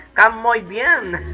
am maybe ah